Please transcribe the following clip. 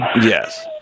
Yes